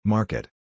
Market